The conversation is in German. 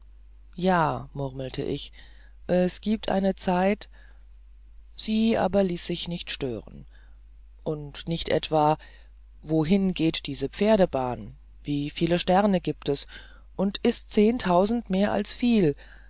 ja murmelte ich es giebt eine zeit sie aber ließ sich nicht stören und nicht etwa wohin geht diese pferdebahn wie viel sterne giebt es und ist zehn tausend mehr als viel